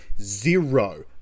Zero